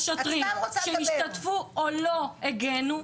אני מבקשת לקבל תשובות ענייניות מהגורמים שבשטח,